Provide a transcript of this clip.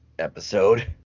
Episode